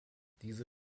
diese